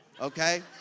okay